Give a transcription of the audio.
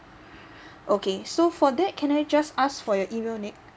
okay so for that can I just ask for your email nick